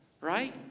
Right